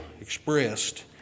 expressed